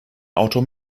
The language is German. auto